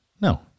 No